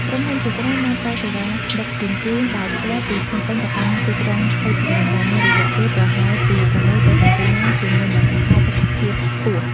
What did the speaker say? ក្រុមហ៊ុនជាច្រើនបានផ្តល់សេវាដឹកជញ្ជូនដោយផ្ទាល់ពីភ្នំពេញទៅកាន់ទីក្រុងហូជីមិញ ដែលមានរយៈពេលប្រហែលពី៦ទៅ៧ម៉ោងជាមួយនឹងផាសុកភាពខ្ពស់។